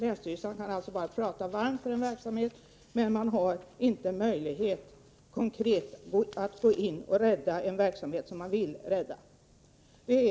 Länsstyrelserna kan ju bara prata varmt för en verksamhet, men de har inte möjlighet konkret att gå in och rädda en verksamhet som de vill rädda.